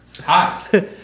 Hi